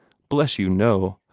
bless you, no!